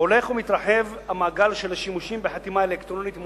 הולך ומתרחב המעגל של השימושים בחתימה אלקטרונית מאושרת.